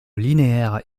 linéaire